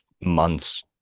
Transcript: months